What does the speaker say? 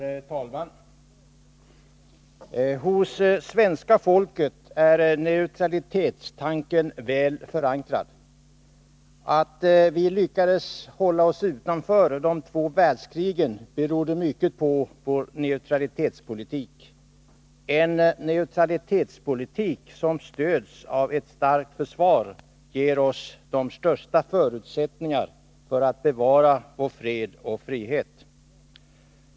Herr talman! Hos svenska folket är neutralitetstanken väl förankrad. Att vi lyckades hålla oss utanför de två världskrigen berodde mycket på vår neutralitetspolitik. En neutralitetspolitik som stöds av ett starkt försvar ger oss de största förutsättningarna för att bevara vår fred och frihet.